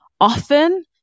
Often